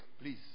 please